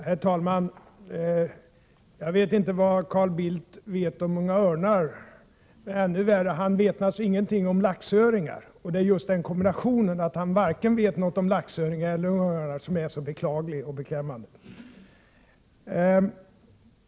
Herr talman! Jag vet inte vad Carl Bildt känner till om Unga örnar. Ännu värre är att han inte vet någonting om laxöringar. Det är just kombinationen av att han inte vet någonting om vare sig laxöringar eller Unga örnar som är så beklaglig och beklämmande.